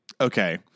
Okay